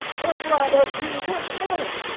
come right up here, this minute!